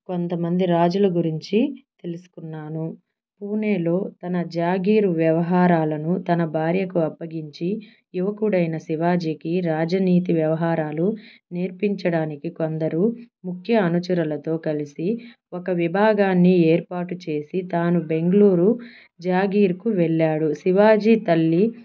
కొంతమంది రాజుల గురించి తెలుసుకున్నాను పూణేలో తన జాగీరు వ్యవహారాలను తన భార్యకు అప్పగించి యువకుడైన శివాజీకి రాజ నీతి వ్యవహారాలు నేర్పించడానికి కొందరు ముఖ్య అనుచరులతో కలిసి ఒక విభాగాన్ని ఏర్పాటు చేసి తాను బెంగళూరు జాగీరుకు వెళ్ళాడు శివాజీ తల్లి